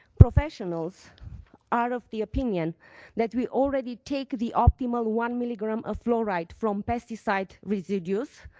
professionals are of the opinion that we already take the optimal one milligram of fluoride from pesticide residuals,